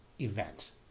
event